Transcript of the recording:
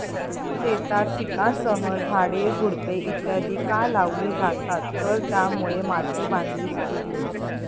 शेतात पिकांसह झाडे, झुडपे इत्यादि का लावली जातात तर त्यामुळे माती बांधली जाते